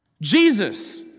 Jesus